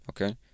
Okay